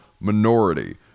minority